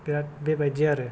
बिराद बेबायदि आरो